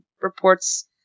reports